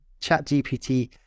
ChatGPT